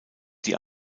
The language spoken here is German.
die